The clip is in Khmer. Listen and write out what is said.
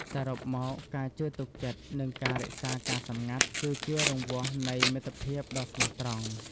សរុបមក ការជឿទុកចិត្ត និងការរក្សាការសម្ងាត់ គឺជារង្វាស់នៃមិត្តភាពដ៏ស្មោះត្រង់។